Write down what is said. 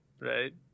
right